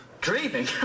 Dreaming